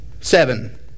seven